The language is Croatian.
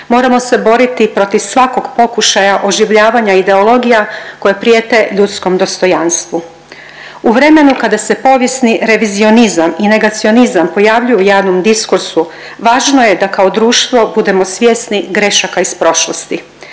Moramo se boriti protiv svakog pokušaja oživljavanja ideologija koje prijete ljudskom dostojanstvu. U vremenu kada se povijesni revizionizam i negacionizam pojavljuju u javnom diskursu važno je da kao društvo budemo svjesni grešaka iz prošlosti.